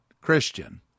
Christian